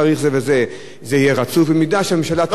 אתה יכול לעשות חוק שאומר: חוק הבחירות,